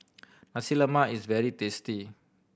Nasi Lemak is very tasty